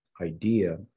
idea